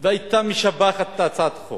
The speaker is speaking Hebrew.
והיתה משבחת את הצעת החוק